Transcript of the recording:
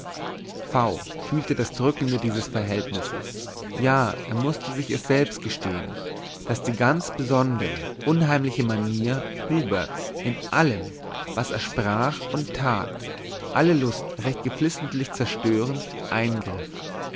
v fühlte das drückende dieses verhältnisses ja er mußte sich es selbst gestehen daß die ganz besondere unheimliche manier huberts in allem was er sprach und tat alle lust recht geflissentlich zerstörend eingriff